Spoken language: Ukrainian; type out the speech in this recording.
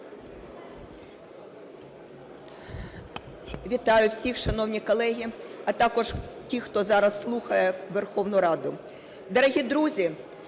Вітаю всіх, шановні колеги, а також тих, хто зараз слухає Верховну Раду. Дорогі друзі,